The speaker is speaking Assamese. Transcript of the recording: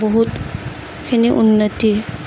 বহুতখিনি উন্নতি